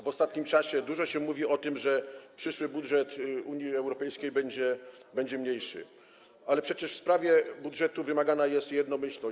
W ostatnim czasie dużo się mówi o tym, że przyszły budżet Unii Europejskiej będzie mniejszy, ale przecież w sprawie budżetu wymagana jest jednomyślność.